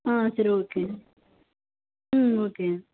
ஆ சரி ஓகே ம் ஓகே